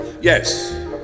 Yes